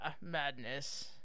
madness